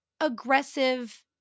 aggressive